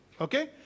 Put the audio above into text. Okay